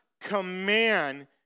command